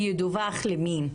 ידווח למי?